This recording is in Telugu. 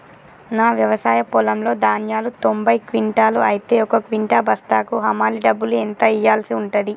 నా వ్యవసాయ పొలంలో ధాన్యాలు తొంభై క్వింటాలు అయితే ఒక క్వింటా బస్తాకు హమాలీ డబ్బులు ఎంత ఇయ్యాల్సి ఉంటది?